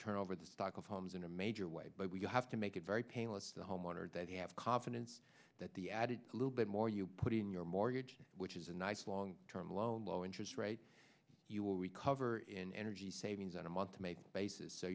turn over the stock of homes in a major way but we have to make it very painless the homeowner that you have confidence that the added a little bit more you put in your mortgage which is a nice long term loan low interest rate you will recover in energy savings on a month to make basis